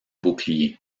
boucliers